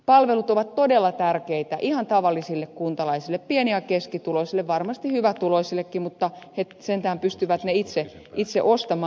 palvelut ovat todella tärkeitä ihan tavallisille kuntalaisille pieni ja keskituloisille varmasti hyvätuloisillekin mutta he sentään pystyvät ne itse ostamaan